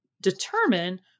determine